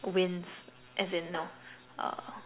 wins as in no uh